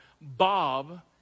Bob